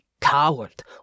coward